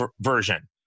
version